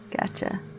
gotcha